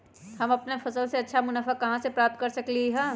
हम अपन फसल से अच्छा मुनाफा कहाँ से प्राप्त कर सकलियै ह?